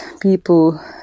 people